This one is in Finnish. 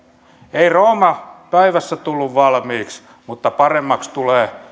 ei rooma päivässä tullut valmiiksi mutta paremmaksi tulee hallituksen